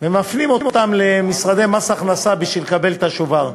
ומפנים אותם למשרדי מס הכנסה בשביל לקבל את השובר.